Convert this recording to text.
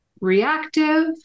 reactive